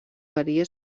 varia